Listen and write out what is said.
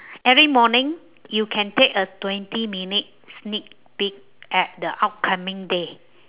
every morning you can take a twenty minute sneak peek at the upcoming day